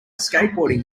skateboarding